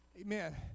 Amen